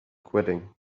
quitting